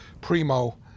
primo